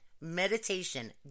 meditation